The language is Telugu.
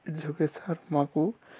ఇట్స్ ఓకే సార్ మాకు